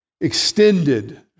extended